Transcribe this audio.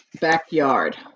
backyard